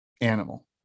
animal